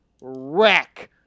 wreck